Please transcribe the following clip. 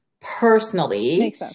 personally